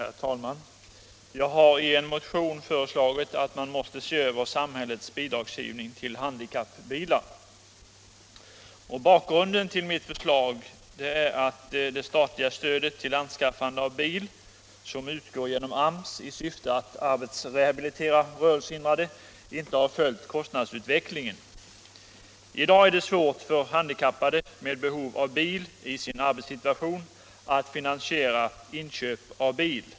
Herr talman! Jag har i en motion föreslagit att man skall se över samhällets bidragsgivning till handikappbilar. Bakgrunden till mitt förslag är att det statliga stödet till anskaffande av bil som utgår genom AMS i syfte att arbetsrehabilitera rörelsehindrade inte följt kostnadsutvecklingen. I dag är det svårt för handikappade med behov av bil i sin arbetssituation att finansiera inköp av bil.